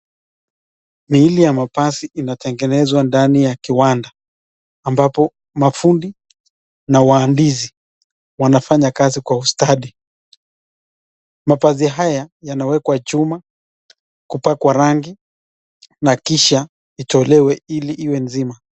Miili ya mabasi inategenezwa ndani ya kiwanda ambapo mafundi na waandisi wanafanya kazi kwa ustadi. Mabasi haya yanawekwa chuma, kupakwa rangi na kisha itolewe ili iwe nzima.